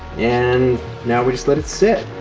and now we just let it sit.